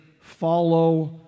follow